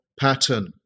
pattern